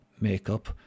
makeup